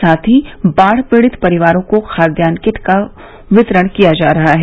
साथ ही बाढ़ पीड़ित परिवारों को खाद्यान किट का वितरण किया जा रहा है